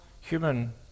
human